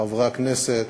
חברי הכנסת,